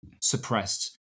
suppressed